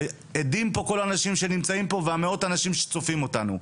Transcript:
ועדים פה כל האנשים שנמצאים פה ומאות האנשים שצופים בנו.